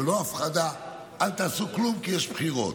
ולא הפחדה: אל תעשו כלום כי יש בחירות.